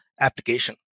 application